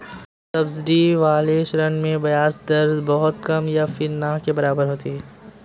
subsidy वाले ऋण में ब्याज दर बहुत कम या फिर ना के बराबर होती है